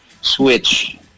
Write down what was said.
switch